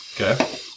Okay